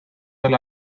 del